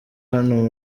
hano